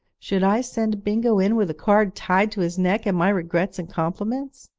should i send bingo in with a card tied to his neck and my regrets and compliments?